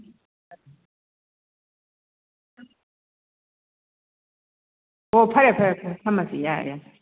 ꯑꯣ ꯐꯔꯦ ꯐꯔꯦ ꯐꯔꯦ ꯊꯝꯃꯁꯤ ꯌꯥꯔꯦ ꯌꯥꯔꯦ